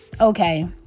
okay